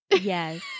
Yes